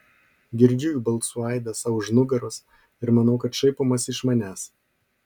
girdžiu jų balsų aidą sau už nugaros ir manau kad šaipomasi iš manęs